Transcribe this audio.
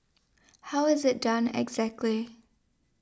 how is it done exactly